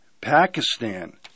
Pakistan